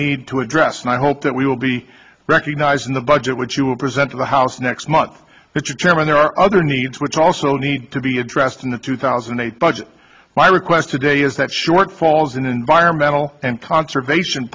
need to address and i hope that we will be recognized in the budget which you will present to the house next month but you chairman there are other needs which also need to be addressed in the two thousand and eight budget my request today is that shortfalls in environmental and conservation